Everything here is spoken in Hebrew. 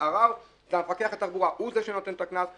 שערער זה מפקח התעבורה הוא זה שנותן את הקנס,